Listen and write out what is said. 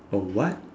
a what